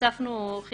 על תשלום בשיעורים".